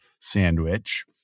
sandwich